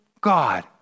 God